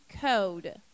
code